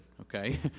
okay